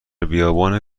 بیابان